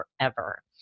forever